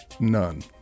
None